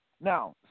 Now